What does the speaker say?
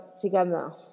together